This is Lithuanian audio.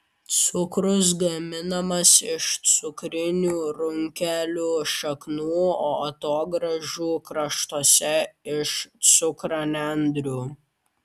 cukrus gaminamas iš cukrinių runkelių šaknų o atogrąžų kraštuose iš cukranendrių